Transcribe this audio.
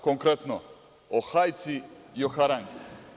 Konkretno, o hajci i o harangi.